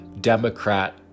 Democrat